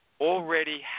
already